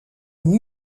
une